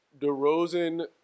DeRozan